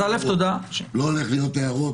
לא יהיו הערות?